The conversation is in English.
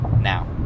now